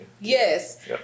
Yes